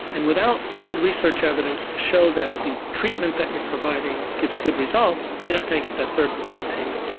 and without good research evidence to show that the treatment that you're providing gives good results, you're not going to get that third party payment.